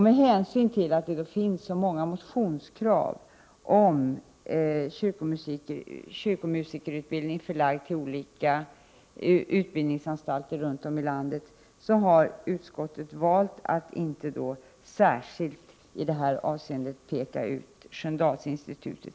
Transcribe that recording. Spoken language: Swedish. Med hänsyn till att det finns så många motionskrav om att kyrkomusikerutbildningen skall förläggas till olika utbildningsanstalter runt om i landet, har utskottet valt att i det här avseendet inte särskilt peka ut Sköndalsinstitutet.